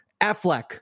Affleck